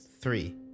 three